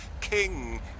king